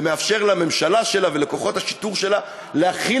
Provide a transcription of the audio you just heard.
ומאפשר לממשלה שלה ולכוחות השיטור שלה להחיל